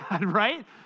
right